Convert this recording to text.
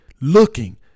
looking